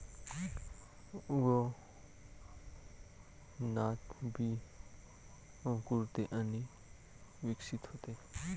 उगवणात बी अंकुरते आणि विकसित होते